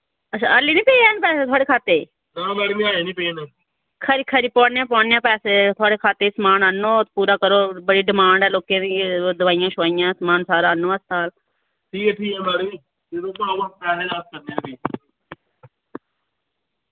अच्छा आह्ली निं पे हैन पैसे थोआड़े खाते च खरी खरी पोआन्ने आं पोआन्ने आं पैसे थोआड़े खाते समान आह्नो पूरा करो बड़ी डिमांड ऐ लोकें दी दोआइयां शोआइयां समान सारा आह्नो हास्ताल